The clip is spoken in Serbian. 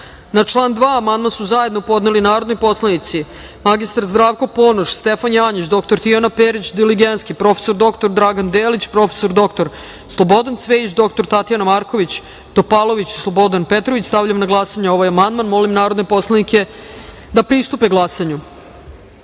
član 6. amandman su zajedno podneli narodni poslanici mr Zdravko Ponoš, Stefan Janjić, dr Tijana Perić Diligenski, prof. dr Dragan Delić, prof. dr Slobodan Cvejić, dr Tatjana Marković Topalović i Slobodan Petrović. Stavljam na glasanje ovaj amandman. Molim narodne poslanike da glasaju. Zaključujem